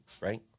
right